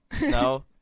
No